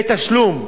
בתשלום.